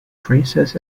princess